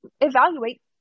evaluate